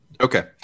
Okay